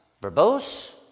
verbose